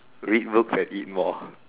read books and eat more